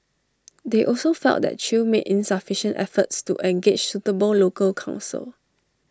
they also felt that chew made insufficient efforts to engage suitable local counsel